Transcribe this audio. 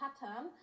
pattern